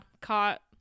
caught